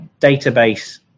database